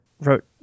wrote